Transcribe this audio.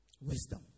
Wisdom